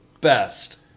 best